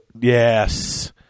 Yes